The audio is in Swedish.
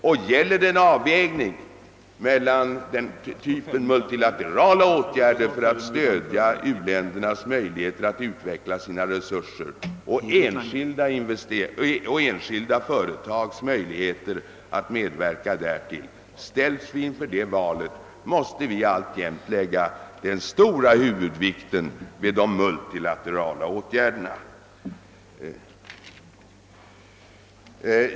Om det gäller en avvägning mellan multilaterala åtgärder för att stödja u-ländernas möjligheter att utveckla sina resurser och åtgärder i syfte att öka enskilda före tags möjligheter att medverka därtill, måste vi alltjämt lägga huvudvikten vid de multilaterala åtgärderna.